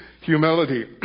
humility